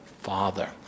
father